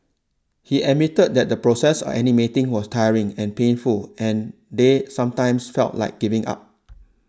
he admitted that the process of animating was tiring and painful and they sometimes felt like giving up